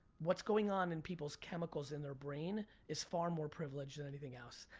what's going on in people's chemicals in their brain is far more privilege than anything else.